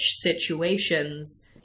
situations